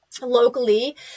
Locally